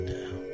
now